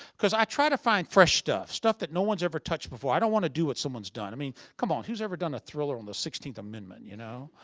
cause i try to find fresh stuff. stuff that no one's ever touched before. i don't want to do what someone's done. i mean, come on, who's ever done a thriller on the sixteenth amendment, you know?